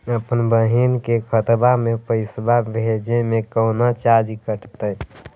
अपन बहिन के खतवा में पैसा भेजे में कौनो चार्जो कटतई?